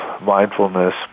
mindfulness